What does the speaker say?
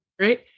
right